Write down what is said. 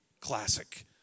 Classic